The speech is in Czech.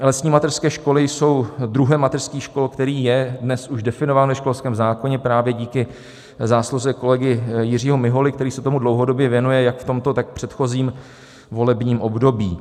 Lesní mateřské školy jsou druhem mateřských škol, který je dnes už definován ve školském zákoně právě díky zásluze kolegy Jiřího Miholy, který se tomu dlouhodobě věnuje jak v tomto, tak i v předchozím volebním období.